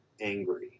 angry